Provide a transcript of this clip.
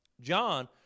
John